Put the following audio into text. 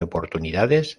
oportunidades